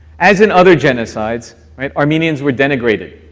as in other genocides, right, armenians were denigrated,